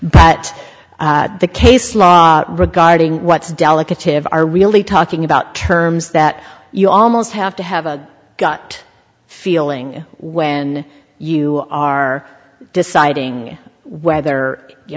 but the case law regarding what's delicate to have are really talking about terms that you almost have to have a gut feeling when you are deciding whether you